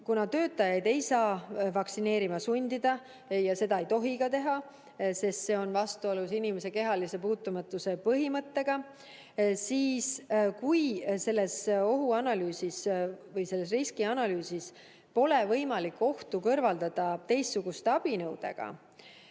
Kuna töötajaid ei saa vaktsineerima sundida ja seda ei tohi ka teha, sest see on vastuolus inimese kehalise puutumatuse põhimõttega, siis kui selles ohuanalüüsis või riskianalüüsis pole võimalik ohtu kõrvaldada teistsuguste abinõudega